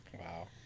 Wow